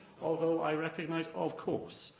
although i recognise, of course,